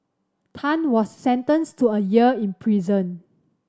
Tan was sentenced to a year in prison